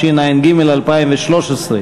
התשע"ג 2013,